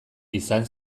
izan